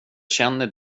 känner